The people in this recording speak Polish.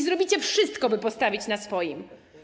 Zrobicie wszystko, by postawić na swoim.